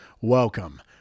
Welcome